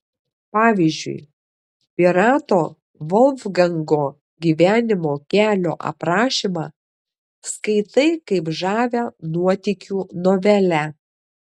pavyzdžiui pirato volfgango gyvenimo kelio aprašymą skaitai kaip žavią nuotykių novelę